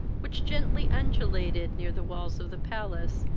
which gently undulated near the walls of the palace,